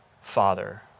Father